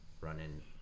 running